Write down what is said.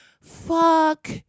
Fuck